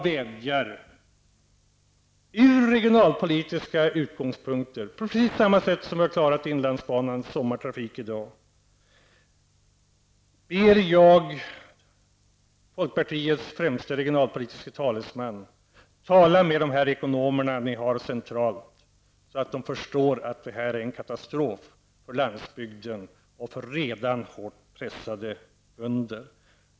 Från regionalpolitiska utgångspunkter -- på samma sätt som vi i dag har klarat inlandsbanans sommartrafik -- ber jag folkpartiets främste regionalpolitiske talesman: Tala med de ekonomer ni har centralt, så att de förstår att det här är en katastrof för landsbygden och för redan hårt pressade bönder.